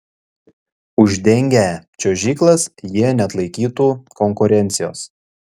uždengę čiuožyklas jie neatlaikytų konkurencijos